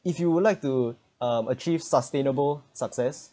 if you would like to um achieve sustainable success